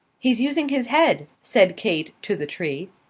he's using his head, said kate to the tree.